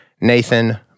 Nathan